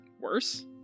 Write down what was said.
Worse